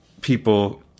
people